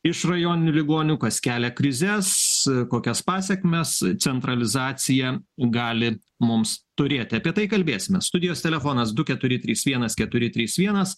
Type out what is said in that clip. iš rajoninių ligoninių kas kelia krizes kokias pasekmes centralizacija gali mums turėti apie tai kalbėsime studijos telefonas du keturi trys vienas keturi trys vienas